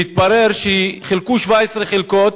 והתברר שחילקו 17 חלקות.